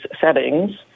settings